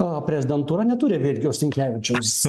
o prezidentūra neturi virgiaus sinkevičiaus